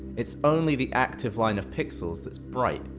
it's only the active line of pixels that's bright,